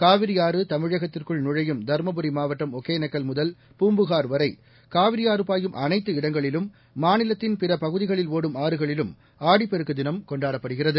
காவிரி ஆறு தமிழகத்திற்குள்நுழையும்தர்மபுரிமாவட்டம்ஒகேனக்கல்மு தல் பூம்புகார்வரை காவிரிஆறுபாயும்அனைத்துஇடங்களிலும் மாநிலத்தின் பிறபகுதிகளில்ஓடும்ஆறுகளிலும் ஆடிப்பெருக்குதினம் கொண்டாடப்படுகிறது